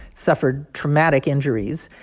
suffered traumatic injuries.